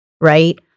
right